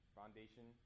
foundation